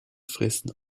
fressen